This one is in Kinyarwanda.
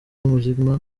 ubuzima